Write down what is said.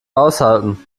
aushalten